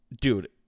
dude